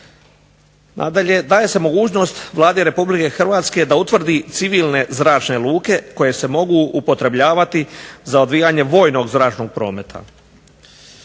Nadalje, daje se mogućnost Vladi Republike Hrvatske da utvrdi civilne zračne luke koje se mogu upotrebljavati za odvijanje vojnog zračnog prometa.